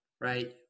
right